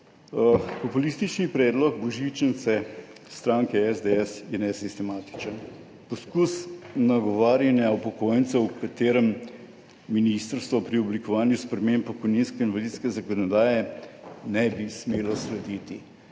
Populistični predlog božičnice stranke SDS je nesistematičen poskus nagovarjanja upokojencev, kateremu ministrstvo pri oblikovanju sprememb pokojninske in invalidske zakonodaje ne bi smelo slediti.